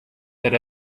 that